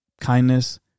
Kindness